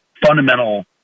fundamental